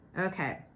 Okay